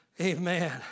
Amen